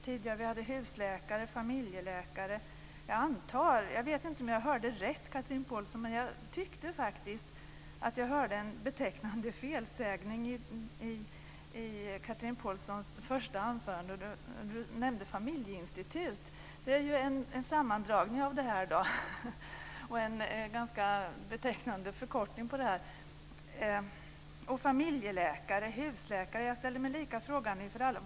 Tidigare hade vi husläkare. Nu talas det om familjeläkare. Jag vet inte om jag hörde rätt men jag tyckte att jag hörde en betecknande felsägning i Chatrine Pålssons första anförande. Hon talade om ett familjeinstitut. Det är ju en sammandragning av "familjemedicinskt institut", en ganska betecknande förkortning. Jag ställer mig frågande till begreppen familjeläkare och husläkare.